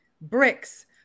bricks